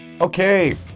okay